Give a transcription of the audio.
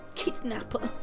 kidnapper